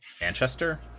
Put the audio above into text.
Manchester